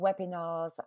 webinars